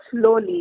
slowly